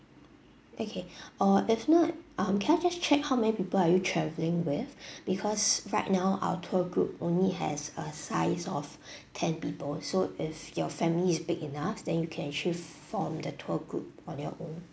okay or if not um can I just check how many people are you travelling with because right now our tour group only has a size of ten people so if your family is big enough then you can actually form the tour group on your own